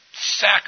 sack